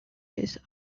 his